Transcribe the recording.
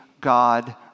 God